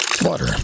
Water